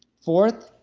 fourth,